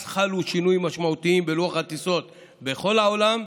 אז חלו שינויים משמעותיים בלוח הטיסות בכל העולם,